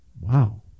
Wow